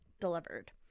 delivered